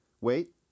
Wait